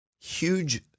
huge